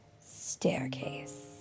staircase